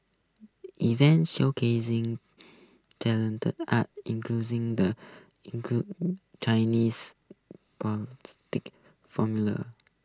events showcasing arts enclosing the Chinese formula